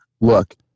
look